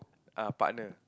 err partner